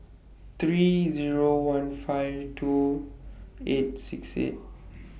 three Zero one five two eight six eight